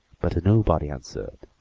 but nobody answered.